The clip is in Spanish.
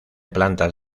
plantas